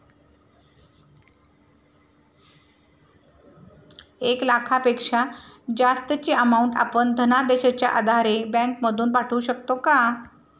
एक लाखापेक्षा जास्तची अमाउंट आपण धनादेशच्या आधारे बँक मधून पाठवू शकतो का?